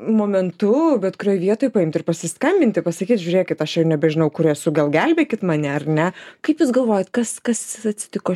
momentu bet kurioj vietoj paimt ir pasiskambinti pasakyt žiūrėkit aš jau nebežinau kur esu gal gelbėkit mane ar ne kaip jūs galvojat kas kas atsitiko